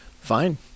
fine